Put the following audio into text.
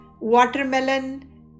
watermelon